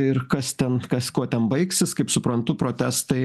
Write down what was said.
ir kas ten kas kuo ten baigsis kaip suprantu protestai